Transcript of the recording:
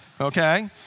okay